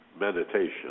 meditation